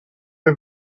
her